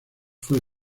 fue